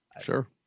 Sure